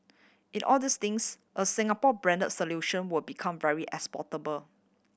it all these things a Singapore brand solution will be come very exportable